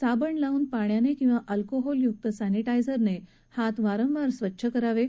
साबण लावून पाण्याने किंवा अल्कोहोलयुक्त सर्विद्यांझरने हात वारंवार स्वच्छ करावे